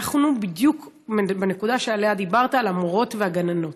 בדיוק בנקודה שעליה דיברת, על המורות והגננות.